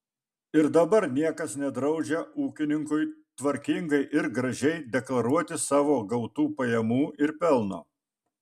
ir dabar niekas nedraudžia ūkininkui tvarkingai ir gražiai deklaruoti savo gautų pajamų ir pelno